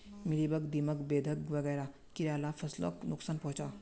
mealybug, दीमक, बेधक वगैरह कीड़ा ला फस्लोक नुक्सान पहुंचाः